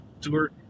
tour